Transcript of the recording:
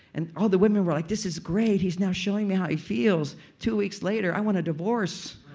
and all the women were like, this is great. he's now showing me how he feels. two weeks later, i want a divorce.